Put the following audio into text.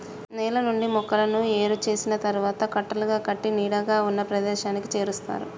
నేల నుండి మొక్కలను ఏరు చేసిన తరువాత కట్టలుగా కట్టి నీడగా ఉన్న ప్రదేశానికి చేరుస్తారు